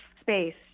space